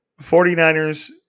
49ers